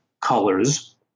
colors